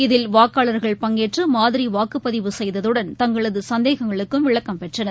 இதில் வாக்காளர்கள் பங்கேற்று மாதிரி வாக்குப்பதிவு செய்தததுடன் தங்களது சந்தேகங்களுக்கும் விளக்கம் பெற்றனர்